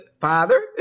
father